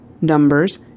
Numbers